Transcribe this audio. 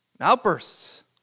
outbursts